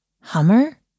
Hummer